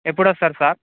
ఎప్పుడు వస్తారు సార్